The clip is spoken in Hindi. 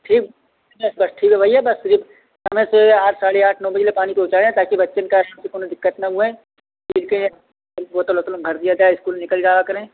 ठीक अच्छा ठीक है भइया बस सिर्फ समय से आठ साढ़े आठ नौ बजे लैय पानी पहुँचाएँ ताकि बच्चन का कौनो दिक्कत न हुअए उनके बोतल ओतल में भर दिया जाए स्कूल निकल जावा करय